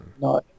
No